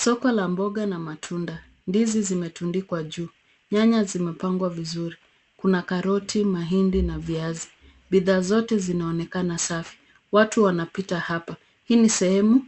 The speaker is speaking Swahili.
Soko la mboga na matunda. Ndizi zimetundikwa juu. Nyanya zimepangwa vizuri. Kuna karoti, mahindi na viazi, bidhaa zote zinaonekana safi, watu waapita hapa. Hii ni sehemu